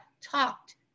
talked